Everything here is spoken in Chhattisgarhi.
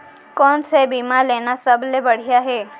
कोन स बीमा लेना सबले बढ़िया हे?